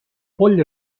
poll